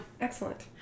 Excellent